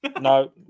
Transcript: No